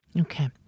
Okay